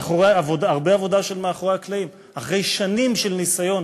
בהרבה עבודה של מאחורי הקלעים: אחרי שנים של ניסיון